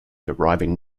deriving